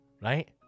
Right